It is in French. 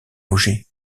loger